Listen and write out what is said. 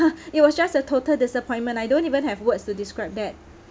it was just a total disappointment I don't even have words to describe that